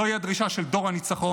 זוהי הדרישה של דור הניצחון,